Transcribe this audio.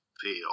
feel